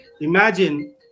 Imagine